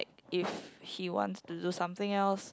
if he wants to do something else